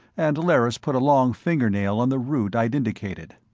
and lerrys put a long fingernail on the route i'd indicated.